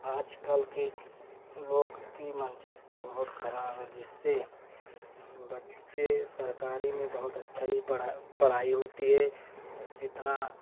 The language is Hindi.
आज कल के लोग कि मानसिकता बहुत ख़राब है जिससे बच्चे सरकारी में बहुत अच्छा ही पढ़ा पढ़ाई होती है जितना